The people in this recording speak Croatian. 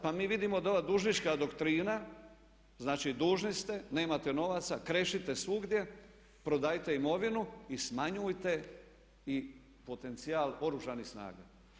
Pa mi vidimo da ova dužnička doktrina, znači dužni ste, nemate novaca, krešite svugdje, prodajte imovinu i smanjujte i potencijal Oružanih snaga.